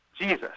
Jesus